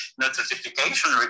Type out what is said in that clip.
notification